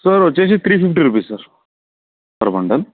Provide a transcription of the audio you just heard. sir వచ్చేసి three fifty rupees sir per bundle